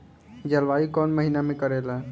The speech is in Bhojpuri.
जलवायु कौन महीना में करेला?